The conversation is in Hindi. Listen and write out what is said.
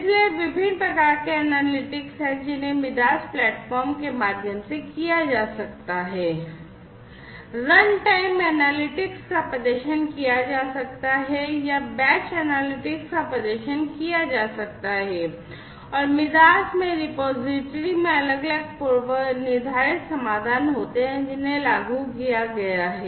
इसलिए विभिन्न प्रकार के एनालिटिक्स हैं जिन्हें MIDAS प्लेटफॉर्म के माध्यम से किया जा सकता है रनटाइम एनालिटिक्स का प्रदर्शन किया जा सकता है या बैच एनालिटिक्स का प्रदर्शन किया जा सकता है और MIDAS में रिपॉजिटरी में अलग अलग पूर्वनिर्धारित समाधान होते हैं जिन्हें लागू किया गया है